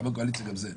חבר קואליציה גם זה לא.